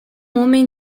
homem